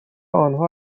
انها